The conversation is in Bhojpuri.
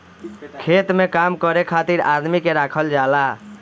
खेत में काम करे खातिर आदमी के राखल जाला